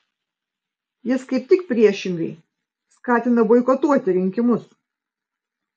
jis kaip tik priešingai skatina boikotuoti rinkimus